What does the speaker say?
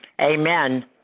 amen